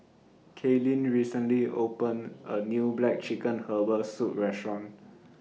Kaelyn recently opened A New Black Chicken Herbal Soup Restaurant